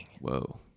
Whoa